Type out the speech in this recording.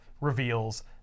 reveals